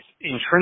intrinsic